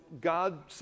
God